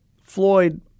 Floyd